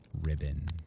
ribbon